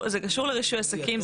זה קשור לרישוי עסקים.